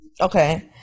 Okay